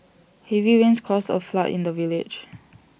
heavy rains caused A flood in the village